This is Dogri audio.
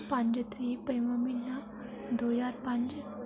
पंज तरीक पंजमां म्हीना दो ज्हार पंज